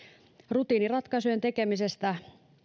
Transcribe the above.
rutiiniratkaisujen tekemistä